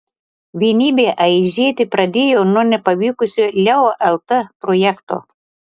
vienybė aižėti pradėjo nuo nepavykusio leo lt projekto